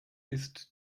ist